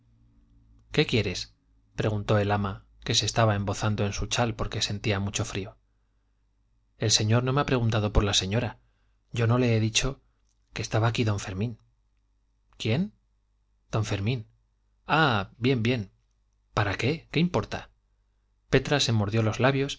qué quieres preguntó el ama que se estaba embozando en su chal porque sentía mucho frío el señor no me ha preguntado por la señora yo no le he dicho que estaba aquí d fermín quién don fermín ah bien bien para qué qué importa petra se mordió los labios